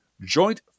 joint